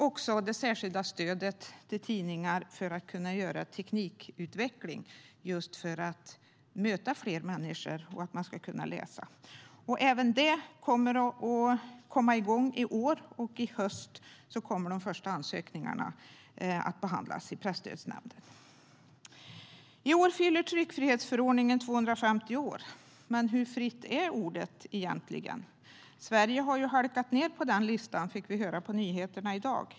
Även det särskilda stödet för att tidningar ska kunna bedriva teknikutveckling, just för att möta fler människor som kan läsa dem, kommer att komma igång i år. I höst kommer de första ansökningarna att behandlas i Presstödsnämnden.I år fyller tryckfrihetsförordningen 250 år, men hur fritt är ordet egentligen? Sverige har ju halkat ned på den listan, fick vi höra på nyheterna i dag.